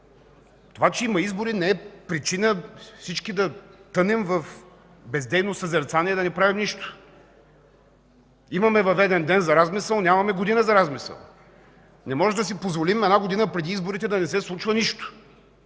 това че има избори, не е причина всички да тънем в бездейно съзерцание и да не правим нищо. Имаме въведен ден за размисъл, нямаме година за размисъл. Не можем да си позволим една година преди изборите да не се случва нищо,